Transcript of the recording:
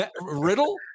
Riddle